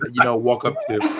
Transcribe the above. you know, walk up to?